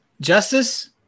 Justice